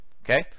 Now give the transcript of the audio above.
okay